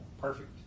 perfect